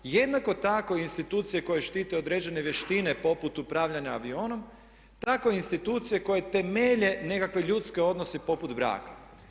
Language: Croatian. Jednako tako institucije koje štite određene vještine poput upravljanja avionom tako i institucije koje temelje nekakve ljudske odnose poput braka.